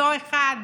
אותו אחד